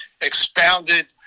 expounded